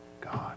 God